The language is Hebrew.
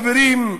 חברים,